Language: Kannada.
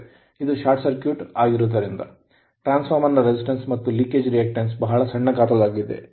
ಇದು ಶಾರ್ಟ್ ಸರ್ಕ್ಯೂಟ್ ಆಗಿರುವುದರಿಂದ ಟ್ರಾನ್ಸ್ ಫಾರ್ಮರ್ ರೆಸಿಸ್ಟೆನ್ಸ್ ಮತ್ತು leakage reactance ಸೋರಿಕೆ ಪ್ರತಿಕ್ರಿಯೆ ಬಹಳ ಸಣ್ಣ ಗಾತ್ರದ್ದಾಗಿದೆ